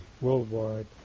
worldwide